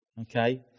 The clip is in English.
Okay